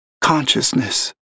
consciousness